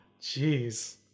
Jeez